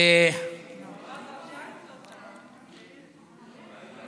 (אומר בערבית: עאידה,